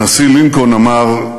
הנשיא לינקולן אמר: